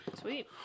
Sweet